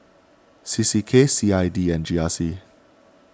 C C K C I D and G R C